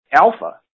Alpha